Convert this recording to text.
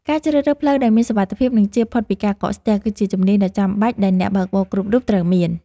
ការជ្រើសរើសផ្លូវដែលមានសុវត្ថិភាព និងជៀសផុតពីការកកស្ទះ គឺជាជំនាញដ៏ចាំបាច់ដែលអ្នកបើកបរគ្រប់រូបត្រូវមាន។